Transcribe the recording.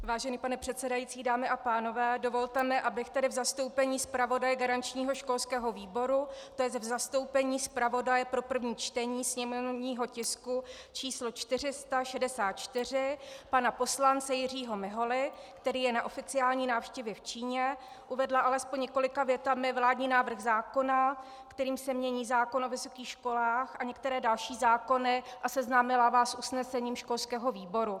Vážený pane předsedající, dámy a pánové, dovolte mi, abych v zastoupení zpravodaje garančního školského výboru, to je v zastoupení zpravodaje pro první čtení sněmovního tisku číslo 464 pana poslance Jiřího Miholy, který je na oficiální návštěvě v Číně, uvedla alespoň několika větami vládní návrh zákona, kterým se mění zákon o vysokých školách a některé další zákony, a seznámila vás s usnesením školského výboru.